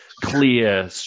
clear